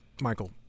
Michael